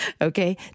Okay